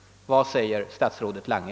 Vad säger statsrådet Lange?